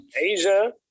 Asia